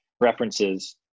references